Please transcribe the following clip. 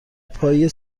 پای